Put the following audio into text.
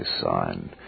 son